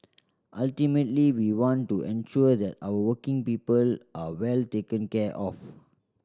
ultimately we want to ensure that our working people are well taken care of